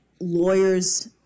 lawyers